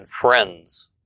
friends